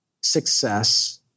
success